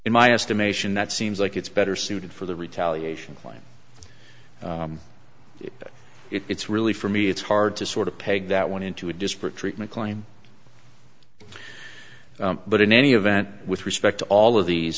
in my estimation that seems like it's better suited for the retaliation plan if it's really for me it's hard to sort of peg that one into a disparate treatment claim but in any event with respect to all of these